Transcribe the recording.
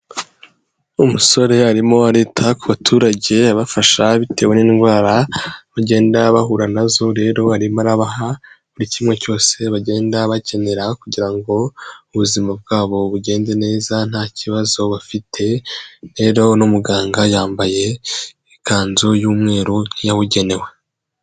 Umusore arimo arita ku baturage abafasha bitewe n'indwara bagenda bahura nazo rero arimo buri kimwe cyose bagenda bakenera kugira ngo ubuzima bwabo bugende neza nta kibazo bafite rero uno muganga yambaye ikanzu y'umweru yabugenewe.